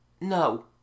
No